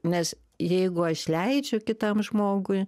nes jeigu aš leidžiu kitam žmogui